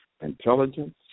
intelligence